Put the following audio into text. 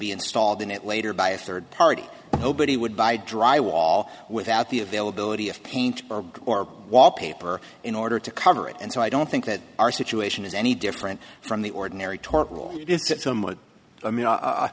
be installed in it later by a third party nobody would buy dry wall without the availability of paint or wallpaper in order to cover it and so i don't think that our situation is any different from the ordinary torkel it's somewhat i mean